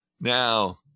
Now